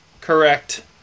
correct